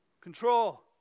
control